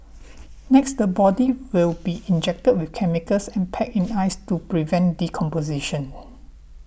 next the body will be injected with chemicals and packed in ice to prevent decomposition